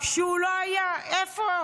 שהוא לא היה ------ שמחה,